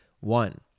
One